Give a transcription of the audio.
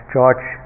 George